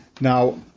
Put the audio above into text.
now